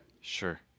Sure